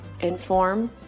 inform